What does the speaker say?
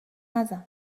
نزن